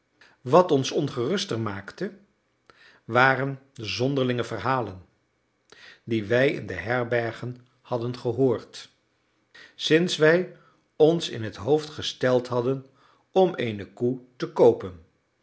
wat ons nog ongeruster maakte waren de zonderlinge verhalen die wij in de herbergen hadden gehoord sinds wij ons in het hoofd gesteld hadden om eene koe te koopen